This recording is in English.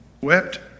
Wept